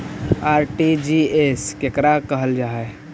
RTGS केकरा कहल जा है?